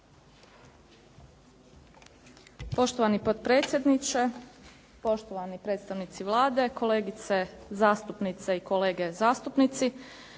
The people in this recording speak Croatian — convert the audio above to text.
Poštovani potpredsjedniče, poštovani predstavnici Vlade, kolegice zastupnice i kolege zastupnici.